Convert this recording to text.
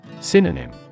Synonym